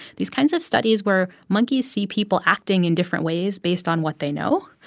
these kinds of studies where monkeys see people acting in different ways based on what they know.